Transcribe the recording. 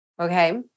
okay